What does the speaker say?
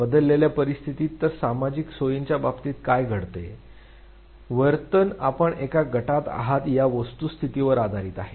बदललेल्या परिस्थितीत तर सामाजिक सोयीच्या बाबतीत काय घडते वर्तन आपण एका गटात आहात या वस्तुस्थितीवर आधारित आहे